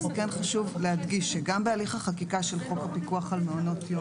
אז כן חשוב להדגיש שגם בהליך החקיקה של חוק הפיקוח על מעונות יום,